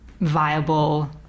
viable